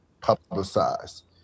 publicized